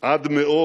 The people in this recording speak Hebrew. עד מאוד